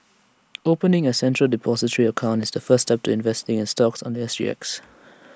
opening A central Depository account is the first step to investing in stocks on The S G X